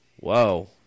Whoa